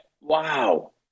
Wow